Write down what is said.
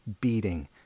beating